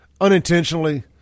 unintentionally